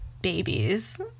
babies